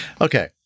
Okay